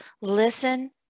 Listen